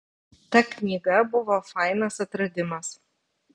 ta knyga buvo fainas atradimas